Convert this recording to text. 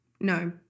No